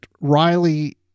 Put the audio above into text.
riley